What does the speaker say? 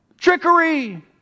trickery